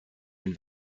ein